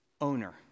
owner